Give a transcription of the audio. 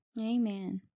Amen